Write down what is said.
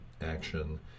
action